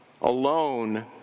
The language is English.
Alone